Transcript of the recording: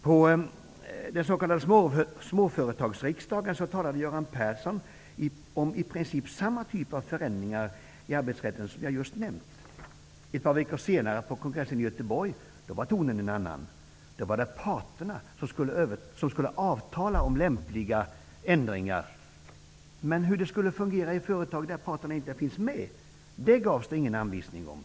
På den s.k. småföretagarriksdagen talade Göran Persson om i princip samma typ av förändringar i arbetsrätten som jag just nämnde. Ett par veckor senare på kongressen i Göteborg var tonen en annan. Då var det parterna som skulle avtala om lämpliga ändringar. Men hur det skall fungera i företag där parterna inte är representerade gavs ingen anvisning om.